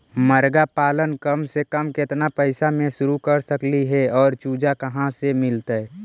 मरगा पालन कम से कम केतना पैसा में शुरू कर सकली हे और चुजा कहा से मिलतै?